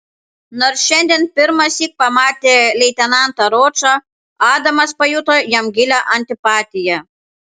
nors šiandien pirmąsyk pamatė leitenantą ročą adamas pajuto jam gilią antipatiją